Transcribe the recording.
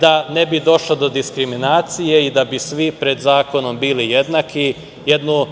da ne bi došlo do diskriminacije i da bi svi pred zakonom bili jednaki jednu